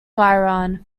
iran